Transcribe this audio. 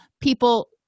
people